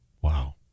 Wow